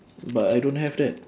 but I don't have that